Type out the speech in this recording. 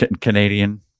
Canadian